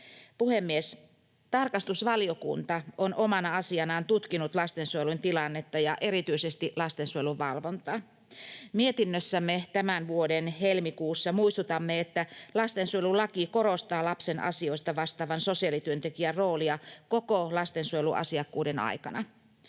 Puhemies! Tarkastusvaliokunta on omana asianaan tutkinut lastensuojelun tilannetta ja erityisesti lastensuojelun valvontaa. Mietinnössämme tämän vuoden helmikuussa muistutimme, että lastensuojelulaki korostaa lapsen asioista vastaavan sosiaalityöntekijän roolia koko lastensuojeluasiakkuuden aikana.